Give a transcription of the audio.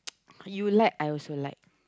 you like I also like